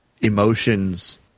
emotions